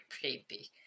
creepy